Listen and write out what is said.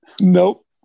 Nope